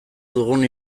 dugun